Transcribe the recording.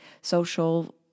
social